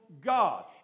God